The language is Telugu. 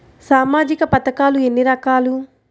సామాజిక పథకాలు ఎన్ని రకాలు?